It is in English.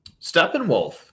Steppenwolf